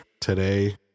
today